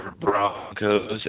Broncos